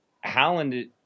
Howland